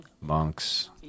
monks